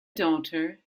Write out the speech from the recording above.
daughter